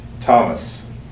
Thomas